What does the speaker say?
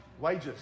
wages